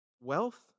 Wealth